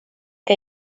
que